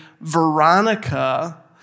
Veronica